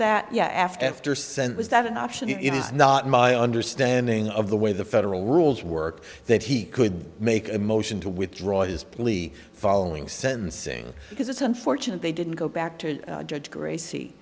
that yeah after senate was that an option it is not my understanding of the way the federal rules work that he could make a motion to withdraw his plea following sentencing because it's unfortunate they didn't go back to judge gracie